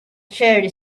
cherry